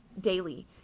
daily